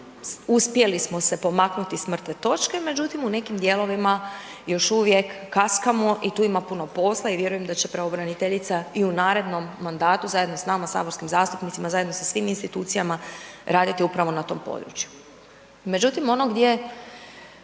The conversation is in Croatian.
uspjeli smo se pomaknuti s mrtve točke, međutim u nekim dijelovima još uvijek kaskamo i tu ima puno posla i vjerujem da će pravobraniteljica i u narednom mandatu, zajedno s nama saborskim zastupnicima, zajedno sa svim institucijama, raditi upravo na tom području.